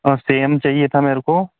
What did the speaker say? और सेम चाहिए था मेरे को